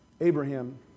Abraham